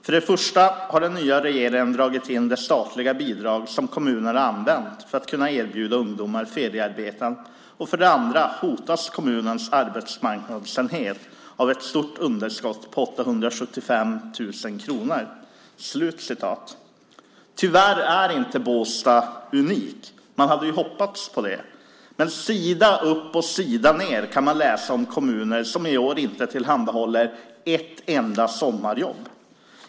För det första har den nya regeringen dragit in det statliga bidrag som kommunerna använt för att kunna erbjuda ungdomar feriearbeten och för det andra hotas kommunens arbetsmarknadsenhet av ett stort underskott på 875 000 kronor." Tyvärr är inte Båstad unikt. Man hade hoppats på det. Sida upp och sida ned kan man läsa om kommuner som i år inte tillhandahåller ett enda sommarjobb.